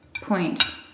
point